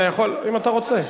אם אתה רוצה.